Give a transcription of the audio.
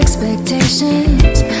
Expectations